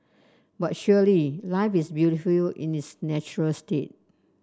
but surely life is beautiful you in its natural state